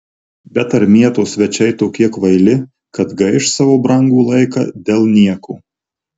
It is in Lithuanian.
bet ar mieto svečiai tokie kvaili kad gaiš savo brangų laiką dėl nieko